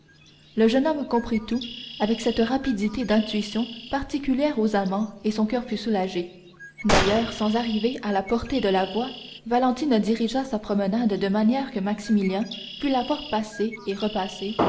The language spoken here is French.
le jeune homme comprit tout avec cette rapidité d'intuition particulière aux amants et son coeur fut soulagé d'ailleurs sans arriver à la portée de la voix valentine dirigea sa promenade de manière que maximilien pût la voir passer et repasser